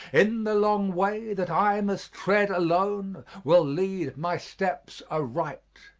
in the long way that i must tread alone, will lead my steps aright.